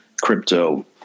crypto